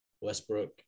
Westbrook